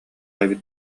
эбит